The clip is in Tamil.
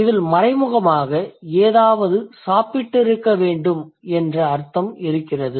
இதில் மறைமுகமாக ஏதாவது சாப்பிட்டிருக்க வேண்டும் என்று அர்த்தம் இருக்கிறது